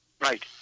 Right